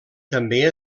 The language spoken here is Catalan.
també